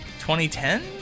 2010